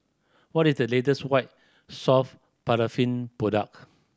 what is the latest White Soft Paraffin product